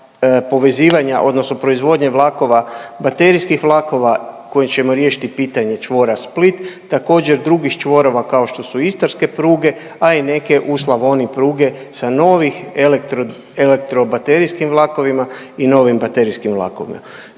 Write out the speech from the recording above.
povezivanja odnosno proizvodnje vlakova, baterijskih vlakova kojim ćemo riješiti pitanje čvora Split, također, drugih čvorova kao što su istarske pruge, a i neke u Slavoniji pruge sa novih elektrobaterijskim vlakovima i novim baterijskim vlakovima.